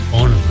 on